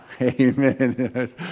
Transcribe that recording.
Amen